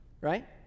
right